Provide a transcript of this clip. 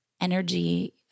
energy